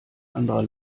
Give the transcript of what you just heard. anderer